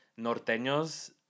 Norteños